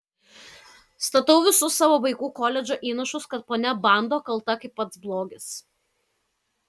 statau visus savo vaikų koledžo įnašus kad ponia bando kalta kaip pats blogis